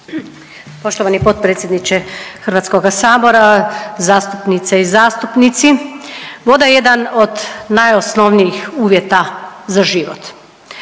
Poštovani potpredsjedniče Hrvatskoga sabora, zastupnice i zastupnici, voda je jedan od najosnovnijih uvjeta za život.